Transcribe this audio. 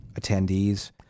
attendees